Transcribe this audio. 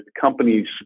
companies